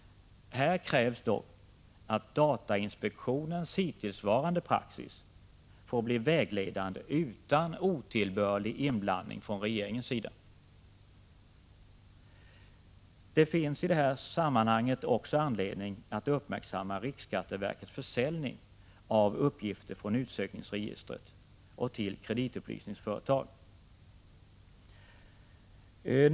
Här krävs dock att datainspektionens hittillsvarande praxis får bli vägledande, utan otillbörlig inblandning från regeringens sida. Det finns i detta sammanhang också anledning att uppmärksamma riksskatteverkets försäljning av uppgifter från utsökningsregistret till kreditupplysningsföretag.